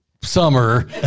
summer